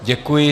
Děkuji.